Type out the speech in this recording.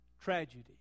tragedy